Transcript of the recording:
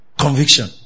Conviction